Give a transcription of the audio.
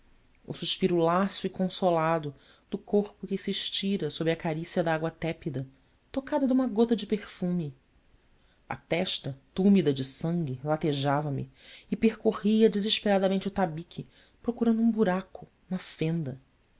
o suspiro lasso e consolado do corpo que se estira sob a carícia da água tépida tocada de uma gota de perfume a testa túmida de sangue latejava me e percorria desesperadamente o tabique procurando um buraco uma fenda